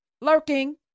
lurking